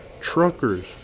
truckers